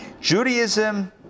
Judaism